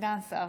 סגן שר.